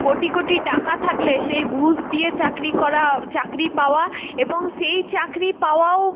কোটি কোটি টাকা থাকলে সেই ঘুষ দিয়ে চাকরি করা চাকরি পাওয়া এবং সেই চাকরি পাওয়াও